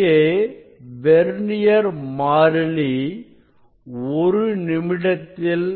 இங்கே வெர்னியர் மாறிலி ஒரு நிமிடத்தில்